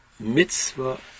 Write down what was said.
Mitzvah